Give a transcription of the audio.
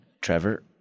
Trevor